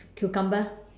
cucumber